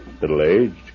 Middle-aged